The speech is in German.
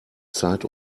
zeit